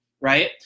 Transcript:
right